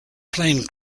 plane